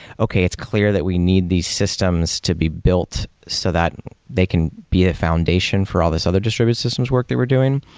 okay. it's clear that we need these systems to be built so that they can be a foundation for all these other distributed systems work they were doing.